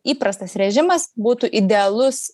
įprastas režimas būtų idealus